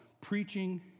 preaching